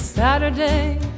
Saturday